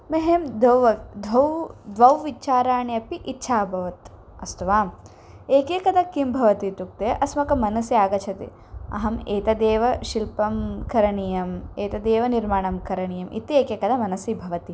मेहं धौवक् धौ द्वौ विचाराणि अपि इच्छा अभवत् अस्तु वा एकैकदा किं भवति इत्युक्ते अस्माकं मनसि आगच्छति अहम् एतदेव शिल्पं करणीयम् एतदेव निर्माणं करणीयम् इति एकैकदा मनसि भवति